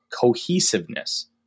cohesiveness